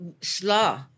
slaw